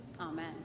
Amen